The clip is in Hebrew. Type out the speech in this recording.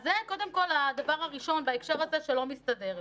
זה קודם כול הדבר הראשון בהקשר הזה שלא מסתדר לי.